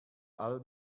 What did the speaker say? all